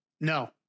no